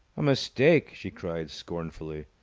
a mistake! she cried, scornfully.